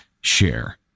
share